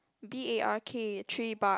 B A R K tree bark